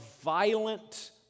violent